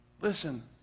Listen